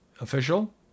official